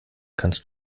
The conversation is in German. kannst